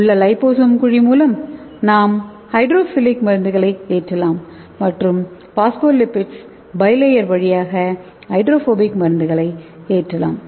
எனவே உள்ளே லிபோசோம் குழி மூலம் நாம் ஹைட்ரோஃபிலிக் மருந்துகளை ஏற்றலாம் மற்றும் பாஸ்போலிப்பிட்ஸ் பை ளேயர் வழியாக ஹைட்ரோபோபிக் மருந்துகளை ஏற்றலாம்